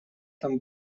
там